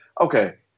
Okay